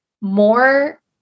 more